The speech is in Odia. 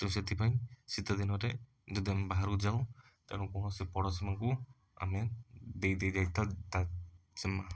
ତ ସେଥିପାଇଁ ଶୀତଦିନରେ ଯଦି ଆମେ ବାହାରକୁ ଯାଉ ତାଙ୍କୁ କୌଣସି ପଡ଼ୋଶୀମାନଙ୍କୁ ଆମେ ଦେଇଦେଇ ଯାଇଥାଉ ତାଙ୍କ ସେମା